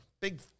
Big